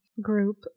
group